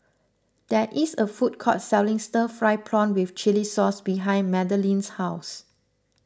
there is a food court selling Stir Fried Prawn with Chili Sauce behind Madeleine's house